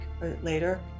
later